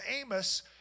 Amos